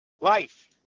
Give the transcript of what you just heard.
life